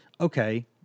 Okay